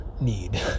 need